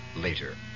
later